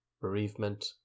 bereavement